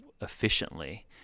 efficiently